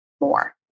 more